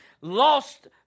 lost